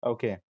Okay